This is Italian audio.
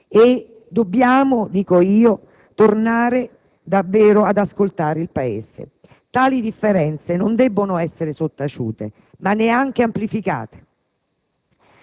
E dobbiamo, dico io, tornare davvero ad ascoltare il Paese. Tali differenze non debbono essere sottaciute, ma neanche amplificate.